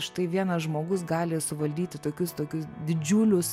štai vienas žmogus gali suvaldyti tokius tokius didžiulius